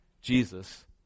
Jesus